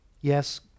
Yes